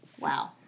Wow